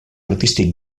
artístic